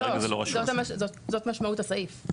לא, זאת משמעות הסעיף.